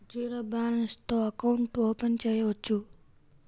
Zero balance తో account open చేయవచ్చు?